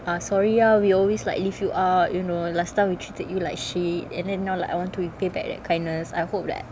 uh sorry ah we always like leave you out you know last time we treated you like shit and then now like I want to repay that kindness I hope that